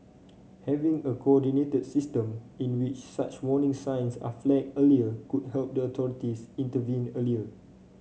having a coordinated system in which such warning signs are flagged earlier could help the authorities intervene earlier